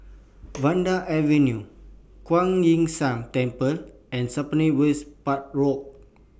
Vanda Avenue Kuan Yin San Temple and Spottiswoode Park Road